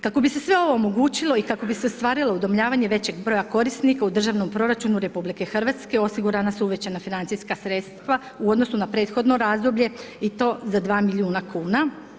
Kako bi se sve ovo omogućilo i kako bi se ostvarilo udomljavanje većeg broja korisnika u Državnom proračunu Republike Hrvatske osigurana su uvećana financijska sredstva u odnosu na prethodno razdoblje i to za 2 milijuna kuna.